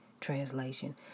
translation